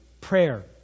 prayer